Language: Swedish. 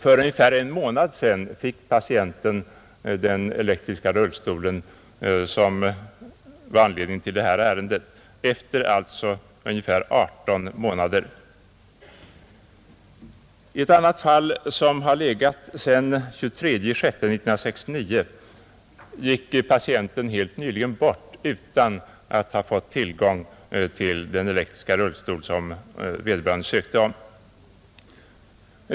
För ungefär en månad sedan fick patienten den elektriska rullstol som var anledningen till detta ärende, I ett annat fall, som har legat sedan den 23/6 1969, gick patienten helt nyligen bort utan att ha fått tillgång till den elektriska rullstol som vederbörande ansökte om.